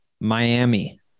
Miami